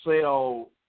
sell